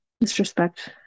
disrespect